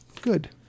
Good